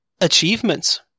achievements